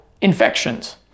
infections